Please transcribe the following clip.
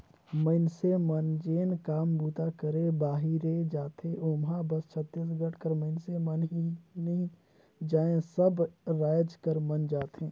मइनसे मन जेन काम बूता करे बाहिरे जाथें ओम्हां बस छत्तीसगढ़ कर मइनसे मन ही नी जाएं सब राएज कर मन जाथें